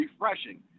refreshing